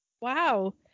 Wow